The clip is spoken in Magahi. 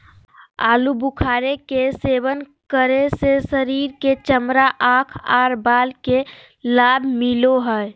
आलू बुखारे के सेवन करे से शरीर के चमड़ा, आंख आर बाल के लाभ मिलो हय